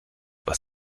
was